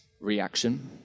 reaction